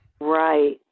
Right